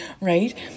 right